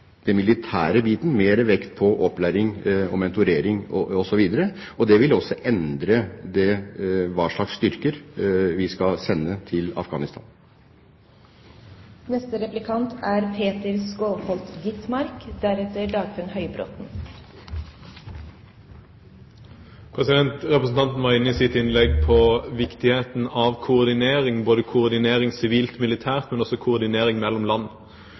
den militære biten og mer vekt på opplæring, mentorering osv. Det vil også medføre endring med hensyn til hva slags styrker vi skal sende til Afghanistan. Representanten var i sitt innlegg inne på viktigheten av koordinering sivilt og militært, men også mellom land.